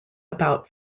about